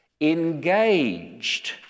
engaged